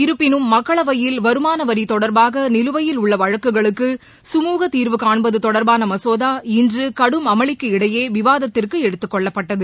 இருப்பினும் மக்களவையில் வருமான வரி தொடர்பாக நிலுவையில் உள்ள வழக்குகளுக்கு சுமூக தீர்வு காண்பது தொடர்பான மசோதா இன்று கடும் அமளிக்கு இடையே விவாதத்திற்கு எடுத்து கொள்ளப்பட்டது